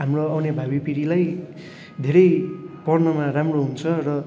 हाम्रो आउने भावी पिँढीलाई धेरै पढ्नुमा राम्रो हुन्छ र